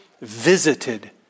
visited